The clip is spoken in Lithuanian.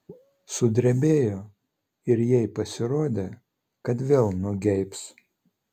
sudrebėjo ir jai pasirodė kad vėl nugeibs